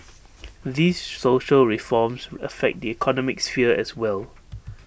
these social reforms affect the economic sphere as well